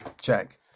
check